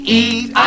eat